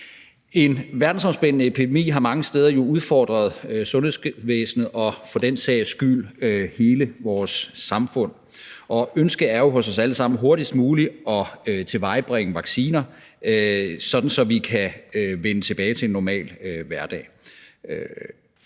En verdensomspændende epidemi har mange steder udfordret sundhedsvæsenet og for den sags skyld hele vores samfund. Ønsket er jo hos os alle sammen hurtigst muligt at tilvejebringe vacciner, sådan at vi kan vende tilbage til en normal hverdag